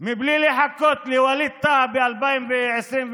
בלי לחכות לווליד טאהא ב-2021,